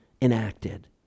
enacted